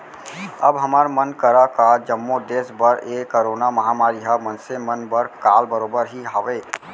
अब हमर मन करा का जम्मो देस बर ए करोना महामारी ह मनसे मन बर काल बरोबर ही हावय